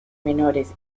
menores